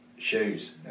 Shoes